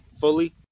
fully